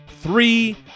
three